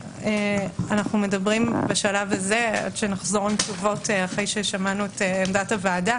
אנו מדברים בשלב הזה עד שנחזור עם תשובות אחרי ששמענו את עמדת הוועדה,